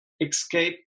escape